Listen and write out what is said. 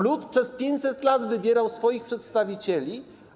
Lud przez 500 lat wybierał swoich przedstawicieli.